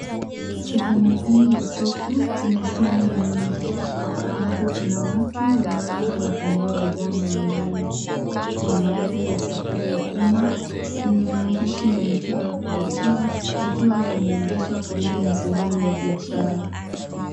Sehemu hii ya soko inashughuli nyingi ambapo kuna watu wanaouza na kununua bidhaa mbalimbali kuna magari ya usafiri wa umma yenye maandishi na michoro ya kuvutia yakiwa yameegeshwa karibu na sehemu ya biashara.